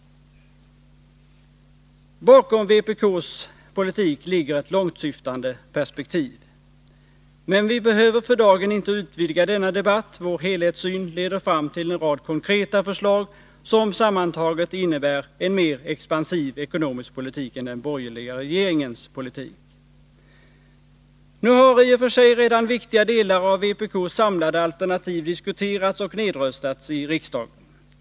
Vpk:s politik har ett långsyftande perspektiv. Men vi behöver för dagen inte utvidga denna debatt. Vår helhetssyn leder fram till en rad konkreta förslag, som sammantagna innebär en mer expansiv ekonomisk politik än den borgerliga regeringens politik. Nu har i och för sig redan viktiga delar av vpk:s samlade alternativ diskuterats och nedröstats i riksdagen.